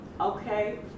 okay